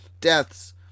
deaths